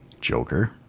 Joker